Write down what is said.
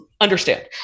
Understand